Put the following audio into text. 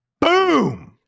Boom